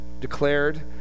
declared